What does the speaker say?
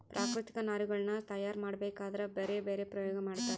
ಪ್ರಾಕೃತಿಕ ನಾರಿನಗುಳ್ನ ತಯಾರ ಮಾಡಬೇಕದ್ರಾ ಬ್ಯರೆ ಬ್ಯರೆ ಪ್ರಯೋಗ ಮಾಡ್ತರ